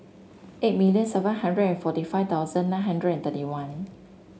eight million seven hundred and forty five thousand nine hundred and thirty one